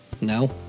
No